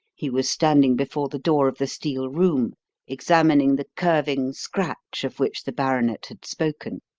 he was standing before the door of the steel room examining the curving scratch of which the baronet had spoken.